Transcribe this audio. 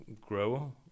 grow